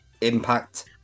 Impact